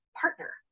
partner